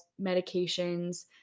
medications